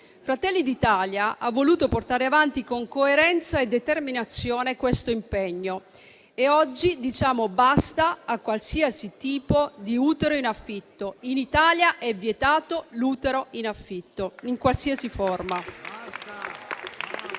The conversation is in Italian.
Fratelli d'Italia ha voluto portare avanti con coerenza e determinazione questo impegno e oggi diciamo basta a qualsiasi tipo di utero in affitto. In Italia è vietato l'utero in affitto in qualsiasi forma